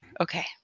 okay